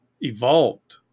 evolved